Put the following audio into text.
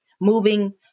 Moving